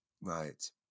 right